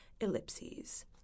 Ellipses